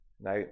Now